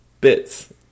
bits